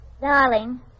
Darling